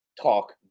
talk